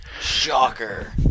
Shocker